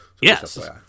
Yes